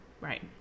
right